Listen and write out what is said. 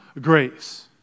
grace